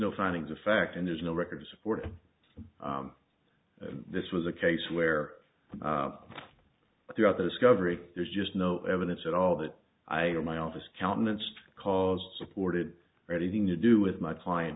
no findings of fact and there's no record of supporting this was a case where throughout the discovery there's just no evidence at all that i or my office countenanced caused supported or anything to do with my client